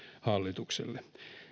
hallitukselle